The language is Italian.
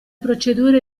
procedure